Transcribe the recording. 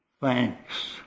thanks